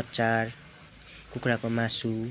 अचार कुखुराको मासु